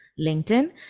LinkedIn